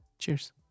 Cheers